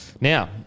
now